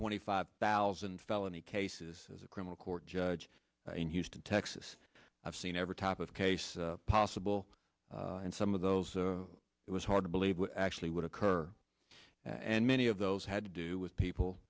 twenty five thousand felony cases as a criminal court judge in houston texas i've seen every type of case possible and some of those it was hard to believe actually would occur and many of those had to do with people